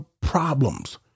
problems